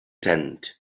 tent